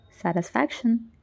satisfaction